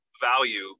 value